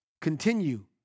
continue